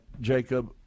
Jacob